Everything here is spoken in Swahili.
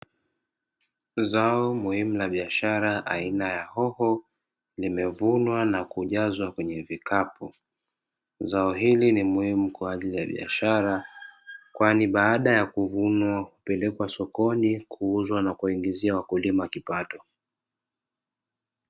Zao muhimu la biashara aina ya hoho limevunwa na kujazwa kwenye vikapu, zao hili ni muhimu kwa ajili ya biashara kwani baada ya kuvunwa kupelekwa sokoni kuuzwa na kuwaingizia wakulima kipato.